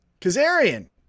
Kazarian